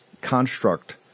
construct